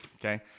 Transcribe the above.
okay